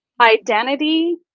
identity